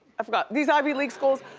i forgot, these ivy league schools,